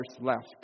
left